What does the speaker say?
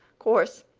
course,